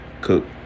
cook